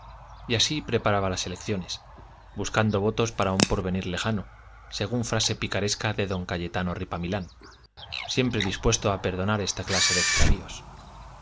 y así preparaba las elecciones buscando votos para un porvenir lejano según frase picaresca de d cayetano ripamilán siempre dispuesto a perdonar esta clase de extravíos